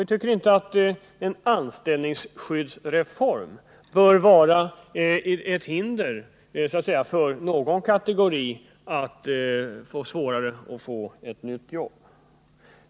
Vi tycker inte att en anställningsskyddsreform skall göra det svårare för någon kategori att få ett nytt jobb.